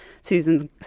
Susan